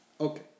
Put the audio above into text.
Okay